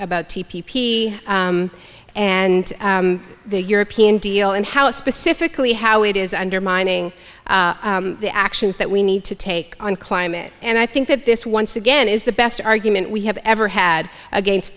about t p p and the european deal and how specifically how it is undermining the actions that we need to take on climate and i think that this once again is the best argument we have ever had against